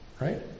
right